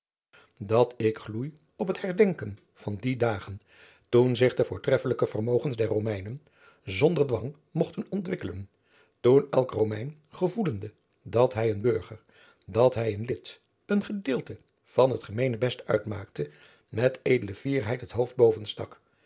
dat ik gloei op het herdenken van die dagen toen zich de voortreffelijke vermogens der romeinen zonder dwang mogten ontwikkelen toen elk romein gevoelende dat hij een burger dat hij een lid een gedeelte van het gemeenebest uitmaakte met edele fierheid het hoofd boven stak